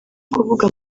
kuvuga